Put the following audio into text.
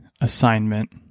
Assignment